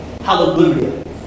Hallelujah